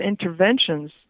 interventions